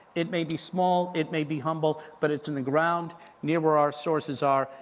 it may be small, it may be humble but it's on the ground near where our sources are,